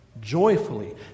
joyfully